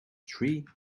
three